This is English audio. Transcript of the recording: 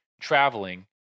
traveling